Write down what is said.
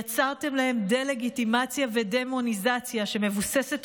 יצרתם להם דה-לגיטימציה ודמוניזציה שמבוססות